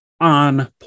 on